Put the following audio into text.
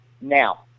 Now